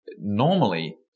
normally